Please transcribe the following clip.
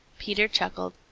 peter chuckled.